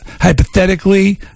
Hypothetically